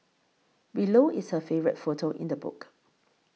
below is her favourite photo in the book